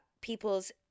people's